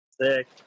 Sick